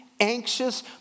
anxious